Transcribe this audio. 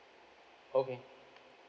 okay